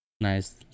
nice